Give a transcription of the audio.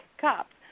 cops